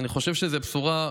אני חושב שזאת בשורה.